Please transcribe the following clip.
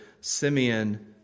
Simeon